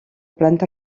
planta